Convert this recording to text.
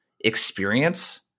experience